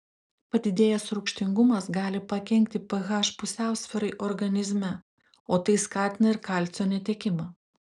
padidėjęs rūgštingumas gali pakenkti ph pusiausvyrai organizme o tai skatina ir kalcio netekimą